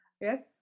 Yes